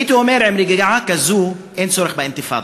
הייתי אומר: עם רגיעה כזאת, אין צורך באינתיפאדה.